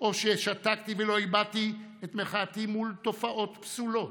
מול תופעות פסולות.